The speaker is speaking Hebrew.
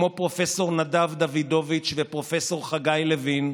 כמו פרופ' נדב דוידוביץ' ופרופ' חגי לוין,